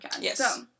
Yes